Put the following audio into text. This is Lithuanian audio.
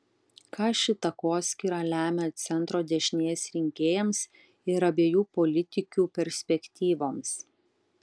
ką ši takoskyra lemia centro dešinės rinkėjams ir abiejų politikių perspektyvoms